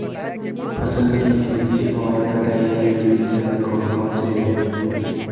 फसल की खेती और कटाई के विभिन्न चरण कौन कौनसे हैं?